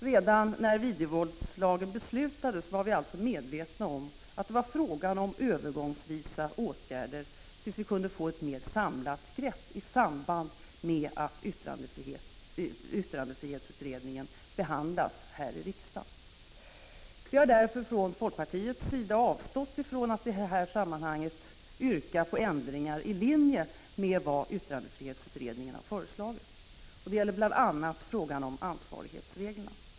Redan när videovåldslagen beslutades var vi alltså medvetna om att det var fråga om övergångsvisa åtgärder tills vi kunde få ett mer samlat grepp i samband med att yttrandefrihetsutredningen behandlas här i riksdagen. Vi har därför från folkpartiets sida avstått från att i detta sammanhang yrka på ändringar i linje med vad yttrandefrihetsutredningen har föreslagit. Det gäller bl.a. frågan om ansvarighetsreglerna.